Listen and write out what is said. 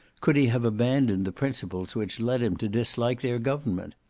could he have abandoned the principles which led him to dislike their government.